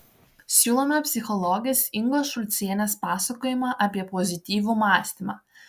siūlome psichologės ingos šulcienės pasakojimą apie pozityvų mąstymą